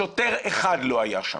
שוטר אחד לא היה שם.